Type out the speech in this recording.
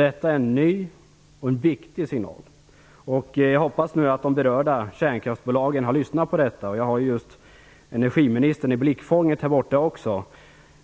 Detta är en ny och viktig signal. Jag hoppas att de berörda kärnkraftsbolagen har lyssnat på detta svar. Jag har energiministern i mitt blickfång här i kammaren.